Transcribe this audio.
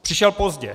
Přišel pozdě.